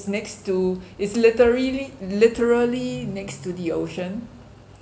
next to it's literally literally next to the ocean